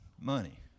money